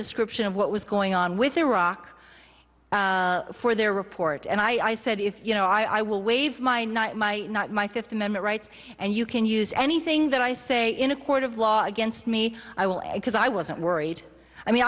description of what was going on with iraq for their report and i said if you know i will waive my not my not my fifth amendment rights and you can use anything that i say in a court of law against me i will because i wasn't worried i mean